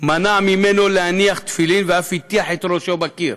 מנע ממנו להניח תפילין, ואף הטיח את ראשו בקיר.